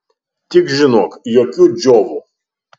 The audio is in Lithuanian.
tik žinok jokių džiovų